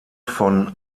von